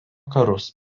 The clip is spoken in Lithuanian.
karus